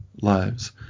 lives